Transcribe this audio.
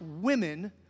women